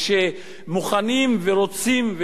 ומוכנים ורוצים,